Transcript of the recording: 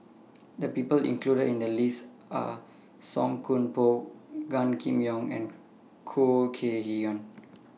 The People included in The lists Are Song Koon Poh Gan Kim Yong and Khoo Kay Hian